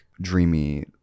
dreamy